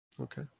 Okay